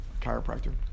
chiropractor